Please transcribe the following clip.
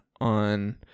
on